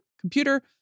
computer